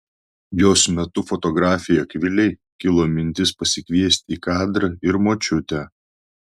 jos metu fotografei akvilei kilo mintis pasikviesti į kadrą ir močiutę